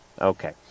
Okay